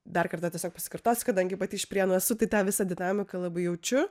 dar kartą tiesiog paskirtosiu kadangi pati iš prienų esu tai tą visą dinamiką labai jaučiu